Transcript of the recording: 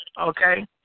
okay